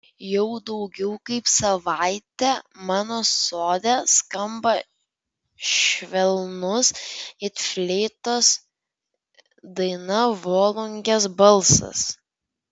jau daugiau kaip savaitė mano sode skamba švelnus it fleitos daina volungės balsas